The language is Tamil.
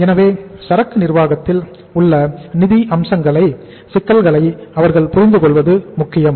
எனவே சரக்கு நிர்வாகத்தில் உள்ள நிதி அம்சங்களையும் சிக்கல்களையும் அவர்கள் புரிந்து கொள்வது முக்கியம்